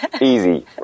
Easy